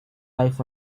life